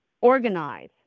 organize